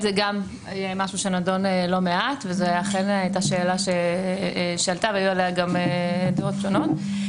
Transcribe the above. זה משהו שנדון לא מעט ואכן הייתה שאלה שעלתה והיו עליה דעות שונות.